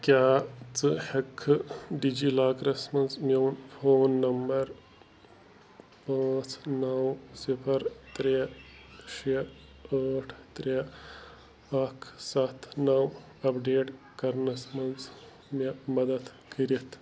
کیٛاہ ژٕ ہیٚکہِ کھا ڈی جی لاکرَس منٛز میٛون فون نمبر پانٛژھ نَو صفر ترٛےٚ شےٚ ٲٹھ ترٛےٚ اکھ ستھ نَو اپڈیٹ کرنَس منٛز مےٚ مدد کٔرتھ